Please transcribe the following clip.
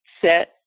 set